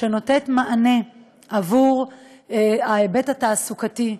שנותנת מענה על ההיבט התעסוקתי.